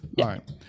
Right